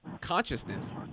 consciousness